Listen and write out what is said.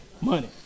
Money